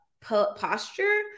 posture